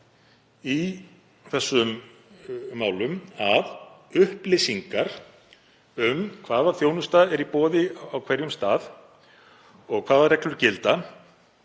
í þessum málum að upplýsingar um hvaða þjónusta er í boði á hverjum stað og hvaða reglur gilda